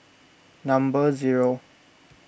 number zero